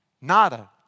Nada